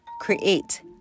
Create